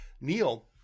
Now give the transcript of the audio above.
Neil